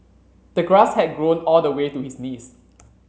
the grass had grown all the way to his knees